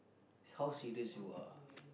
is how serious you are